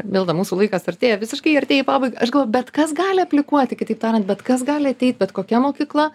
milda mūsų laikas artėja visiškai artėja į pabaigą aš galvoju bet kas gali aplikuoti kitaip tariant bet kas gali ateit bet kokia mokykla